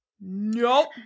nope